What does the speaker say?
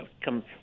come